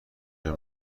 دچار